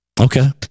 Okay